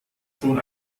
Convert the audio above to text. schon